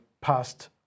past